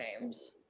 names